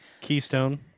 Keystone